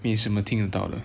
秘史们能听得到的